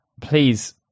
please